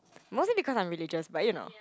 mostly because I'm religious but you know